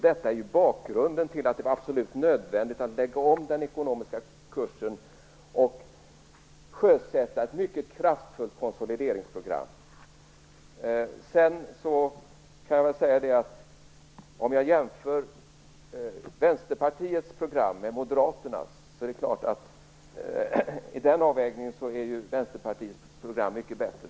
Detta är bakgrunden till att det var absolut nödvändigt att lägga om den ekonomiska kursen och sjösätta ett mycket kraftfullt konsolideringsprogram. I jämförelse med Moderaternas program är Vänsterpartiets program mycket bättre.